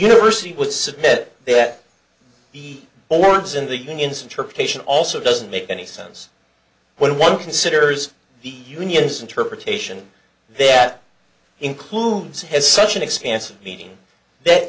university would submit that he orders in the union's interpretation also doesn't make any sense when one considers the unionist interpretation that includes has such an expansive meaning that